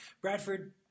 Bradford